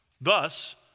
Thus